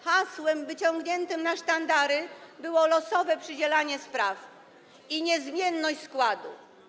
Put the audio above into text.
Hasłem wyciągniętym na sztandary było losowe przydzielanie spraw i niezmienność składu.